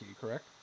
correct